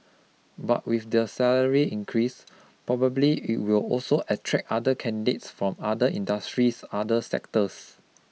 but with the salary increase probably it will also attract other candidates from other industries other sectors